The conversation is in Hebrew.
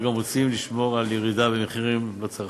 אנחנו גם רוצים לשמור על ירידה במחירים לצרכן.